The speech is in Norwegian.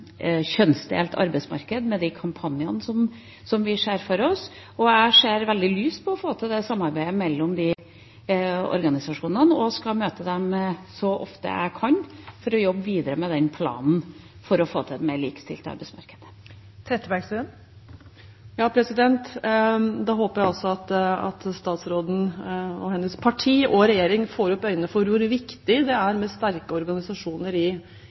kjønnsdelt arbeidsmarked, med de kampanjene vi ser for oss. Jeg ser veldig lyst på å få til det samarbeidet, mellom de organisasjonene, og skal møte dem så ofte jeg kan for å jobbe videre med den planen for å få til et mer likestilt arbeidsmarked. Da håper jeg også at statsråden og hennes parti – og regjering – får opp øynene for hvor viktig det er med sterke organisasjoner i